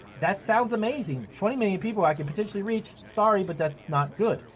that's sounds amazing. twenty million people i could potentially reach. sorry but that's not good.